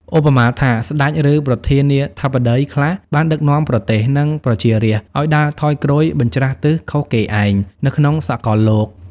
ឧបមាថា ស្តេច ឬ ប្រធានាធិបតីខ្លះ បានដឹកនាំប្រទេស និង ប្រជារាស្ត្រ ឲ្យដើរថយក្រោយ បញ្ច្រាសទិស ខុសគេឯង នៅក្នុងសកលលោក។